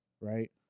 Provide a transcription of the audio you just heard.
right